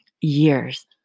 years